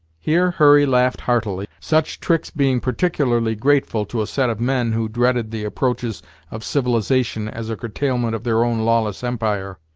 here hurry laughed heartily, such tricks being particularly grateful to a set of men who dreaded the approaches of civilization as a curtailment of their own lawless empire.